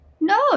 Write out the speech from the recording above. No